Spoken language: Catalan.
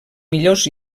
millors